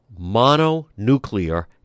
mononuclear